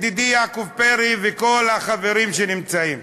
ידידי יעקב פרי וכל החברים שנמצאים,